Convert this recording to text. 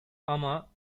ama